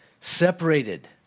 separated